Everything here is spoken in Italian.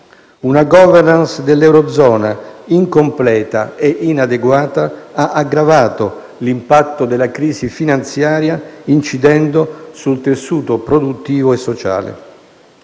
Una *governance* dell'eurozona incompleta e inadeguata ha aggravato l'impatto della crisi finanziaria, incidendo sul tessuto produttivo e sociale.